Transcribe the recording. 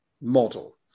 model